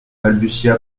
balbutia